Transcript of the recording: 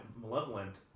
malevolent